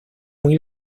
muy